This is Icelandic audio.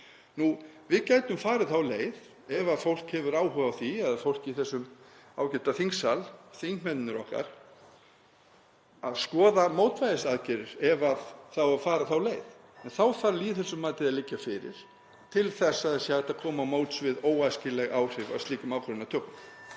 Við gætum farið þá leið ef fólk hefur áhuga á því, fólk í þessum ágæta þingsal, þingmennirnir okkar, að skoða mótvægisaðgerðir, ef það á að fara þá leið. En þá þarf lýðheilsumatið að liggja fyrir til þess að sé hægt að koma til móts við óæskileg áhrif af slíkri ákvörðunartöku.